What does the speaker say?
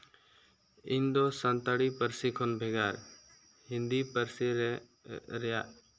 ᱤᱧ ᱫᱚ ᱥᱟᱱᱛᱟᱲᱤ ᱯᱟᱹᱨᱥᱤ ᱠᱷᱚᱱ ᱵᱷᱮᱜᱟᱨ ᱦᱤᱱᱫᱤ ᱯᱟᱹᱨᱥᱤ ᱨᱮ ᱨᱮᱭᱟᱜ